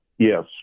Yes